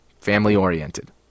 family-oriented